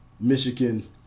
Michigan